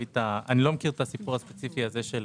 אני לא מכיר את הסיפור הספציפי הזה של